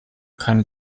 keine